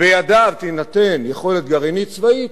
שבידיו תינתן יכולת גרעינית צבאית,